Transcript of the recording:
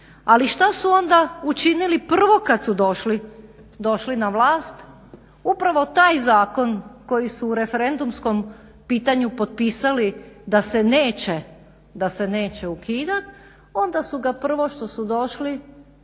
Ali šta su onda učinili prvo kad su došli na vlast, upravo taj zakon koji su o referendumskom pitanju potpisali da se neće ukidat onda su ga prvo što su došli